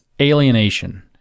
alienation